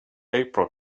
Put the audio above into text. april